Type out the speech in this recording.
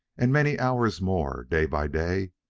and many hours more, day by day,